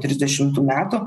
trisdešimtų metų